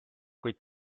kuid